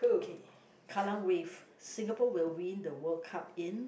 okay Kallang-Wave Singapore will win the World Cup in